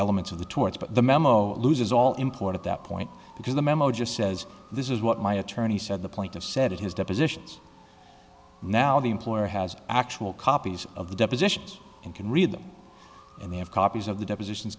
elements of the torts but the memo loses all employed at that point because the memo just says this is what my attorney said the point of said his depositions now the employer has actual copies of the depositions and can read them and they have copies of the depositions